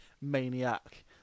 maniac